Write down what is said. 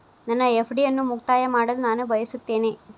ನನ್ನ ಎಫ್.ಡಿ ಅನ್ನು ಮುಕ್ತಾಯ ಮಾಡಲು ನಾನು ಬಯಸುತ್ತೇನೆ